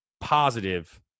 positive